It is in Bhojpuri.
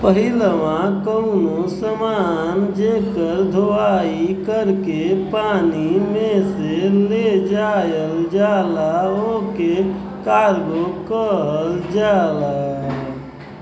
पहिलवा कउनो समान जेकर धोवाई कर के पानी में से ले जायल जाला ओके कार्गो कहल जाला